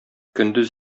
көндез